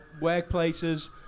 workplaces